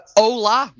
hola